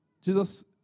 Jesus